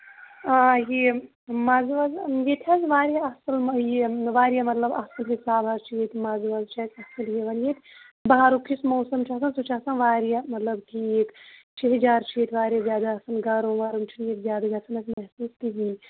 آ یِم منٛزٕ منٛزٕ ییٚتہِ حظ واریاہ اَصٕل یہِ واریاہ مطلب اَصٕل حِساب حظ چھُ ییٚتہِ منٛزٕ منٛزٕ چھُ اَصٕل یِوان ییٚتہِ بَہارُک یُس موسَم چھُ آسان سُہ چھُ آسان واریاہ مطلب ٹھیٖک شیہجار چھُ ییٚتہِ واریاہ زیادٕ آسان گرٕم وَرٕم چھُنہٕ ییٚتہِ زیادٕ گژھان ییٚتہِ کِہیٖنٛۍ